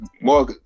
More